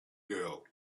girl